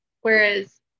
whereas